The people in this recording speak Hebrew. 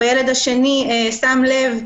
והילד השני שם לב,